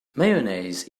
mayonnaise